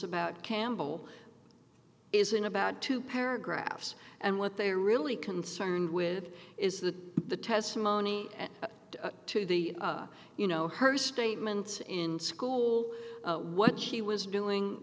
about campbell isn't about two paragraphs and what they are really concerned with is that the testimony to the you know her statements in school what she was doing